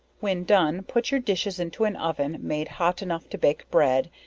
when done put your dishes into an oven made hot enough to bake bread,